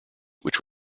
which